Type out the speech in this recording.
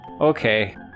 Okay